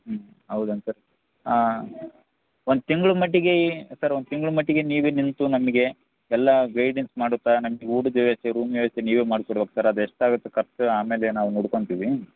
ಹ್ಞೂ ಹೌದನು ಸರ್ ಒಂದು ತಿಂಗಳು ಮಟ್ಟಿಗೇ ಈ ಸರ್ ಒಂದು ತಿಂಗಳು ಮಟ್ಟಿಗೆ ನೀವೇ ನಿಂತು ನಮಗೆ ಎಲ್ಲ ಗೈಡೆನ್ಸ್ ಮಾಡುತ್ತ ನಮ್ಗೆ ಊಟದ ವ್ಯವಸ್ಥೆ ರೂಮ್ ವ್ಯವಸ್ಥೆ ನೀವೇ ಮಾಡ್ಕೊಡ್ಬೇಕು ಸರ್ ಅದು ಎಷ್ಟು ಆಗತ್ತೆ ಖರ್ಚು ಆಮೇಲೆ ನಾವು ನೋಡ್ಕೊತೀವಿ